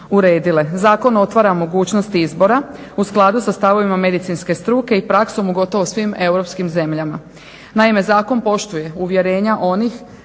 uredile. Zakon otvara mogućnost izbora u skladu sa stavovima medicinske struke i praksom u gotovo svim Europskim zemljama. Naime, zakon poštuje uvjerenja oni